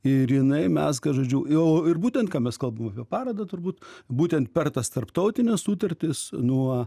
ir jinai mezga žodžiu jau ir būtent ką mes kalbam apie parodą turbūt būtent per tas tarptautines sutartis nuo